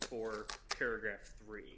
four paragraph three